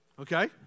Okay